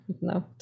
No